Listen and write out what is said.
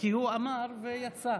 כי הוא אמר ויצא.